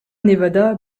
nevada